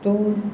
તો